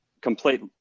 complete